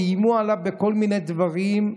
ואיימו עליו בכל מיני דברים,